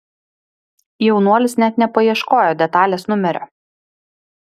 jaunuolis net nepaieškojo detalės numerio